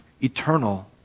eternal